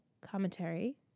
commentary